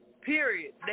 Period